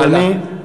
אדוני.